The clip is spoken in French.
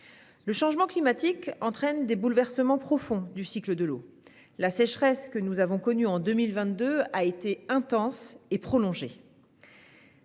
Le changement climatique entraîne des bouleversements profonds du cycle de l'eau. La sécheresse que nous avons connue en 2022 a été intense et prolongée.